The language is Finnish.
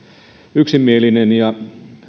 yksimielinen ja